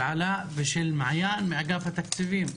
של עלא ושל מעיין מאגף התקציבים,